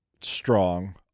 strong